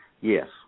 Yes